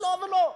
לא ולא.